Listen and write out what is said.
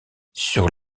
sur